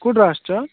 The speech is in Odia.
କେଉଁଠୁ ଆସୁଛ